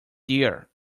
deer